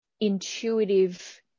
intuitive